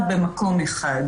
יותר.